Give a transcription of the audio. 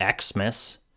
Xmas